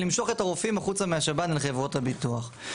למשוך את הרופאים החוצה מהשב"ן לחברות הביטוח.